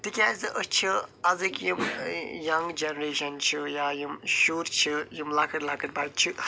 تِکیٛازٕ أسۍ چھِ أزِکۍ یِم ینٛگ جنریشن چھِ یا یِم شُرۍ چھِ یِم لۄکٕٹۍ کۄکٕٹۍ بچہٕ چھِ